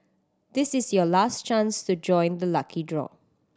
this is your last chance to join the lucky draw